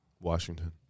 Washington